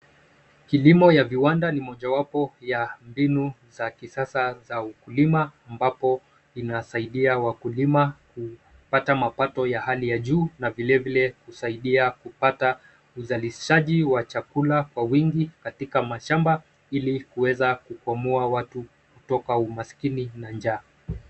Kilimo ya viwanda ni mojawapo ya mbinu za kisasa za ukulima ambapo inasaidia wakulima kupata mapato ya hali ya juu na vilevile kusaidia kupata uzalishaji wa chakula kwa wingi katika mashamba ili kuweza kukomboa watu kutoka umaskini na njaa.